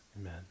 Amen